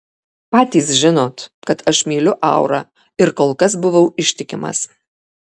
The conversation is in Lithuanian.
patys žinot kad aš myliu aurą ir kol kas buvau ištikimas